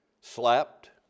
slapped